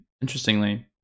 Interestingly